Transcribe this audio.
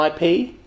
IP